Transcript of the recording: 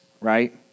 right